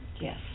Yes